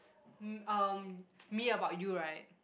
mm um me about you right